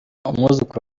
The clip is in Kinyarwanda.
umwuzukuru